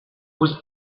was